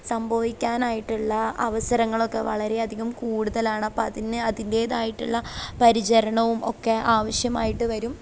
സംഭവിക്കാനായിട്ടുള്ള അവസരങ്ങളൊക്കെ വളരേയധികം കൂടുതലാണ് അപ്പം അതിന് അതിൻറ്റേതായിട്ടുള്ള പരിചരണവും ഒക്കെ ആവശ്യമായിട്ടു വരും